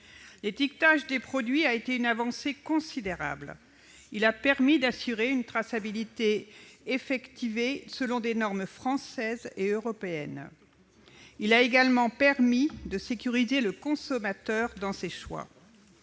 L'étiquetage des produits a été une avancée considérable. Il a permis d'assurer une traçabilité effective selon des normes françaises et européennes. Il a également permis de sécuriser le consommateur dans ses choix.